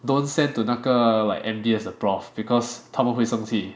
don't send to 那个 like M_B_S 的 prof because 他们会生气